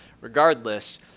regardless